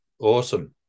awesome